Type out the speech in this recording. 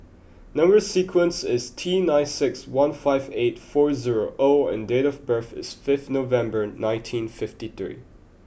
number sequence is T nine six one five eight four zero O and date of birth is fifth November nineteen fifty three